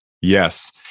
Yes